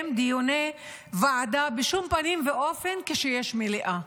דיוני ועדה בשום פנים ואופן כשיש מליאה,